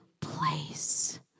place